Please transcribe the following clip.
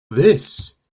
this